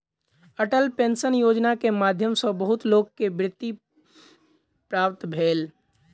Atal pension Yojana के माध्यम सॅ बहुत लोक के वृत्ति प्राप्त भेल